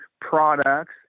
products